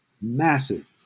massive